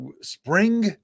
spring